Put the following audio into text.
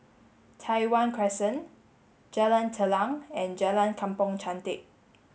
Tai Hwan Crescent Jalan Telang and Jalan Kampong Chantek